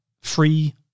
free